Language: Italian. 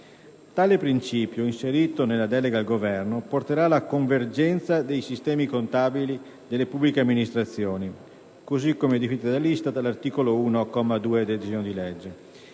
Tale principio, inserito nella delega al Governo, porterà alla convergenza dei sistemi contabili delle pubbliche amministrazioni (così come definite dall'ISTAT all'articolo 1, comma 2, del disegno di legge).